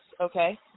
okay